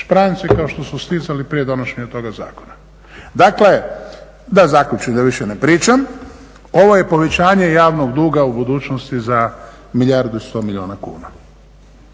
špranci kao što su stizali prije donošenja toga zakona. Dakle, da zaključim da više ne pričam. Ovo je povećanje javnog duga u budućnosti za milijardu i 100 milijuna kuna.